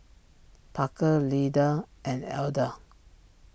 Parker Lyda and Elda